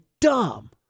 dumb